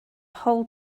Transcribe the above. whole